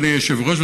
אדוני היושב-ראש,